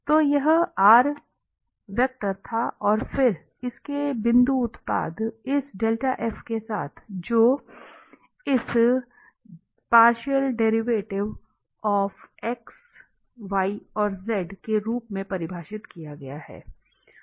तो यह था और फिर इसके बिंदु उत्पाद इस के साथ जो के रूप में परिभाषित किया गया था